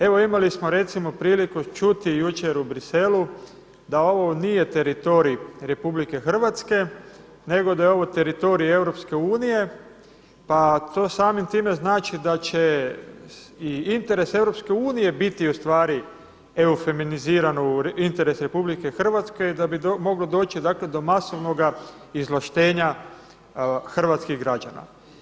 Evo imali smo recimo priliku čuti jučer u Bruxellesu da ovo nije teritorij RH nego sa je ovo teritorij EU pa to samim time znači da će i interes EU biti EU feminizirano u interes RH da bi moglo doći do masovnoga izvlaštenja hrvatskih građana.